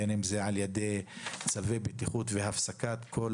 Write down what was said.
בין אם על ידי צווי בטיחות והפסקת עבודה בכל